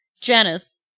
Janice